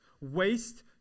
Waste